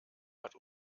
hat